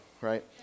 right